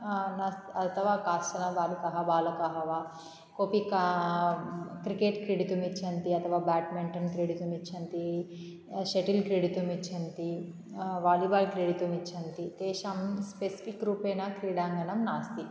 अथवा काश्चन बालिकाः बालकाः वा कोऽपि का क्रिकेट् क्रीडितुम् इच्छन्ति अथवा ब्याड्मिन्टेन् क्रीडितुम् इच्छन्ति शटिल् क्रीडितुम् इच्छन्ति वालीबाल् क्रीडितुम् इच्छन्ति तेषां स्पेस्फिक् रूपेण क्रीडाङ्गणं नास्ति